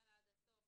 מהתחלה ועד הסוף,